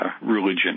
religion